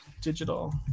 digital